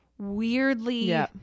weirdly